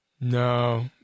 No